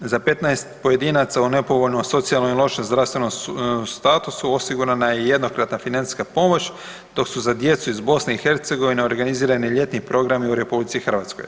Za 15 pojedinaca u nepovoljno socijalno i lošem zdravstvenom statusu osigurana je jednokratna financijska pomoć, dok su za djecu iz BiH organizirani ljetni programi u RH.